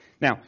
Now